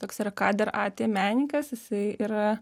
toks arkadir ati menininkas jisai yra